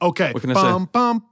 Okay